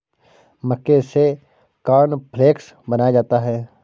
मक्के से कॉर्नफ़्लेक्स बनाया जाता है